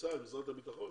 ממשרד הביטחון?